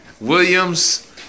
Williams